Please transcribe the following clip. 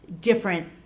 different